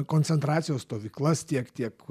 koncentracijos stovyklas tiek tiek